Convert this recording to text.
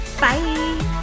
Bye